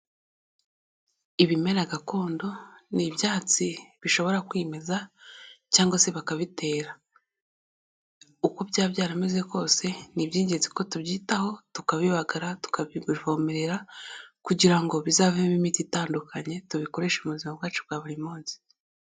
Ibimera gakondo ni ibyatsi bishobora kwimeza cyangwa se bakabitera. Uko byaba byarameze kose, ni iby'ingenzi ko tubyitaho tukabibagara, tukabivomerera kugira ngo bizavemo imiti itandukanye, tubikoreshe mu buzima bwacu bwa buri munsi.